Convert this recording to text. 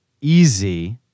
easy